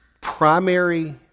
primary